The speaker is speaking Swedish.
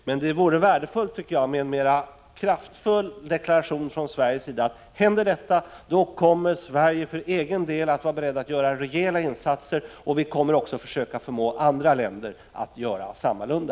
Men det vore värdefullt, tycker jag, med en mera kraftfull deklaration från Sveriges sida som innebär följande: Om det händer som man hotar med, kommer vi från Sveriges sida att vara beredda att göra rejäla insatser. Vi kommer också att försöka förmå andra länder att göra sammalunda.